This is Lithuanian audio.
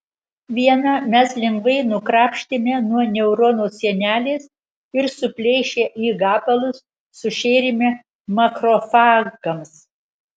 vieną mes lengvai nukrapštėme nuo neurono sienelės ir suplėšę į gabalus sušėrėme makrofagams